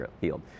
healed